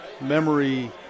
memory